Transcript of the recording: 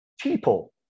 people